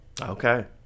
okay